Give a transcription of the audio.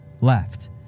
left